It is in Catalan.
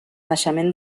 naixement